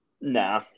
Nah